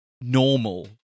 normal